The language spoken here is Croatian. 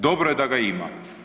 Dobro je da ga ima.